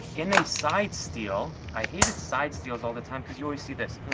in a side steal, i hated side steals all the time cause you always see this,